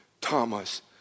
Thomas